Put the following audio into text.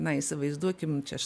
na įsivaizduokim čia aš